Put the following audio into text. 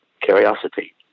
Curiosity